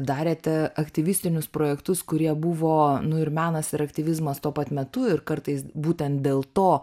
darėte aktivistinius projektus kurie buvo nu ir menas ir aktyvizmas tuo pat metu ir kartais būtent dėl to